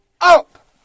up